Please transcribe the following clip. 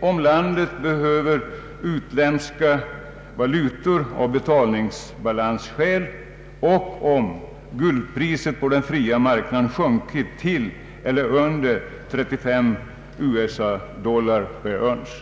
om landet behöver utländska valutor av betalningsbalansskäl och om guldpriset på den fria marknaden sjunkit till eller under 35 US-dollar per ounce.